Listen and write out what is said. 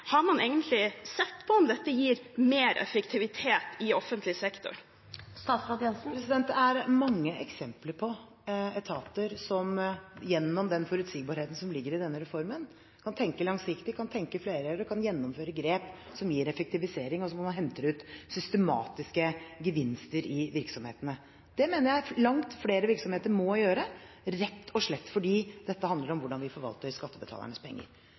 mange eksempler på etater som gjennom den forutsigbarheten som ligger i denne reformen, kan tenke langsiktig, kan tenke flere år fremover, kan gjennomføre grep som gir effektivisering, og der man systematisk henter ut gevinster i virksomhetene. Det mener jeg langt flere virksomheter må gjøre, rett og slett fordi dette handler om hvordan vi forvalter skattebetalernes penger.